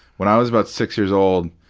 when i was about six years old,